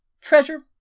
treasure